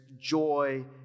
joy